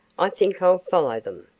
i think i'll follow them.